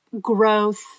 growth